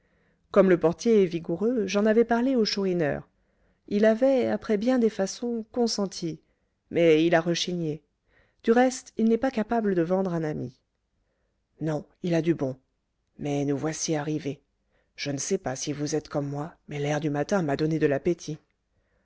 comme le portier est vigoureux j'en avais parlé au chourineur il avait après bien des façons consenti mais il a rechigné du reste il n'est pas capable de vendre un ami non il a du bon mais nous voici arrivés je ne sais pas si vous êtes comme moi mais l'air du matin m'a donné de l'appétit